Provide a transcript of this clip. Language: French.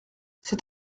c’est